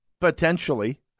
potentially